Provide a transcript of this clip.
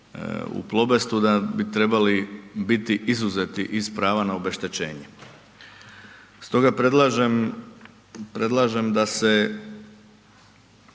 u Plobestu da bi trebali biti izuzeti iz prava na obeštećenje. Stoga predlažem da se